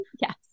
Yes